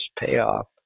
payoff